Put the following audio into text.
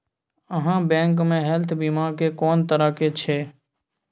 आहाँ बैंक मे हेल्थ बीमा के कोन तरह के छै?